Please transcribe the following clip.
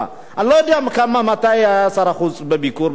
אני לא יודע מתי היה שר החוץ בביקור בטורקיה,